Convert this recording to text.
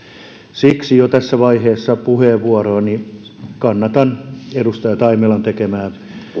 siksi jo tässä vaiheessa puheenvuoroani kannatan edustaja taimelan tekemää